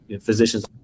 physicians